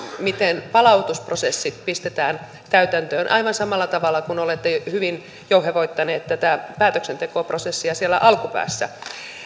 miten palautusprosessit pistetään käytäntöön aivan samalla tavalla kuin olette hyvin jouhevoittaneet tätä päätöksentekoprosessia siellä alkupäässä